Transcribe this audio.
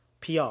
PR